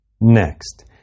Next